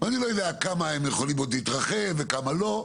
ואני לא יודע כמה הם יכולים עוד להתרחב וכמה לא,